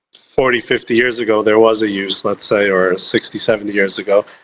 forty fifty years ago there was a use, let's say, or sixty seventy years ago.